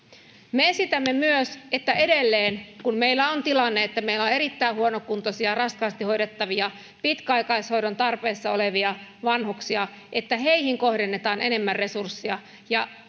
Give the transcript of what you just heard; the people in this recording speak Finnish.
me esitämme myös että edelleen kun meillä on tilanne että meillä on erittäin huonokuntoisia raskaasti hoidettavia pitkäaikaishoidon tarpeessa olevia vanhuksia heihin kohdennetaan enemmän resursseja ja